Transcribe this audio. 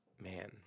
Man